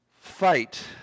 fight